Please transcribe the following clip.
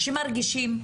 שמרגישים שמתעמרים,